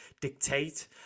dictate